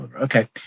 Okay